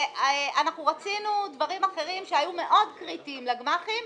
ואנחנו רצינו דברים אחרים שהיו מאוד קריטיים לגמ"חים,